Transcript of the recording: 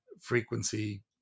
frequency